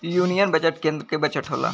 union budget केन्द्र के budget होला